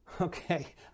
okay